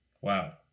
Wow